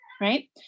Right